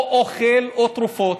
או אוכל או תרופות.